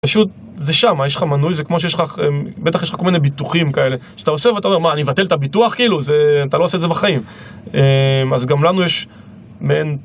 פשוט, זה שמה, יש לך מנוי, זה כמו שיש לך, בטח יש לך כל מיני ביטוחים כאלה שאתה עושה ואתה אומר, מה, אני אבטל את הביטוח?! כאילו, זה, אתה לא עושה את זה בחיים. אה... אז גם לנו יש, מעין...